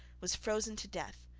was frozen to death.